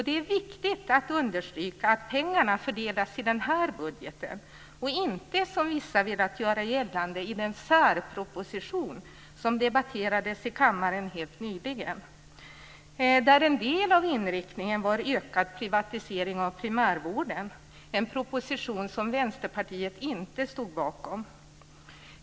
Det är viktigt att understryka att pengarna fördelas i denna budget och inte, som vissa velat göra gällande, i den särproposition som debatterades i kammaren helt nyligen och där en del av inriktningen var ökad privatisering av primärvården, en proposition som Vänsterpartiet inte stod bakom.